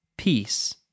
peace